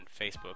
Facebook